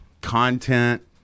content